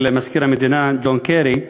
של מזכיר המדינה ג'ון קרי,